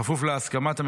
בכפוף להסכמת המציעה,